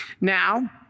Now